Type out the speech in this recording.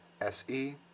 se